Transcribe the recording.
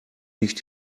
nicht